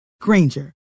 Granger